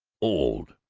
old!